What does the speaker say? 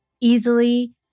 easily